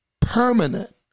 permanent